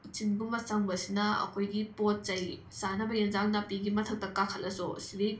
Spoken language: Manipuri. ꯎꯆꯤꯒꯨꯝꯕ ꯆꯪꯕꯑꯁꯤꯅ ꯑꯩꯈꯣꯏꯒꯤ ꯄꯣꯠ ꯆꯩ ꯆꯥꯅꯕ ꯌꯦꯟꯁꯥꯡ ꯅꯥꯄꯤꯒꯤ ꯃꯊꯛꯇ ꯀꯥꯈꯠꯂꯁꯨ ꯁꯤꯗꯤ